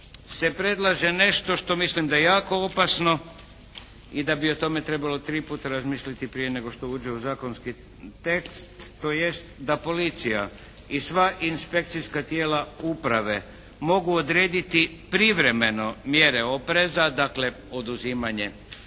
se predlaže nešto što mislim da je jako opasno i da bi o tome trebalo tri puta razmisliti prije nego što uđe u zakonski tekst, tj. da policija i sva inspekcijska tijela uprave mogu odrediti privremeno mjere opreza, dakle oduzimanje